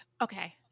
okay